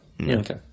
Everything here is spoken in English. Okay